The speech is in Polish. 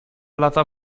lata